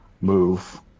move